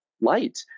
light